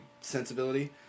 sensibility